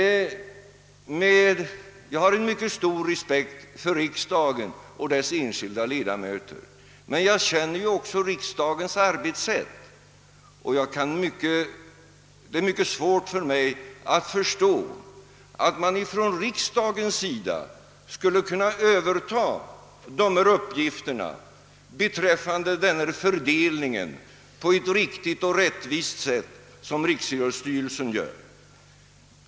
Jag har stor respekt för riksdagen och dess enskilda ledamöter, men jag känner riksdagens arbetssätt och har svårt att förstå att riksdagen skulle kunna överta denna uppgift och sköta fördelningen på ett lika riktigt och rättvist sätt som Riksidrottsstyrelsen gör.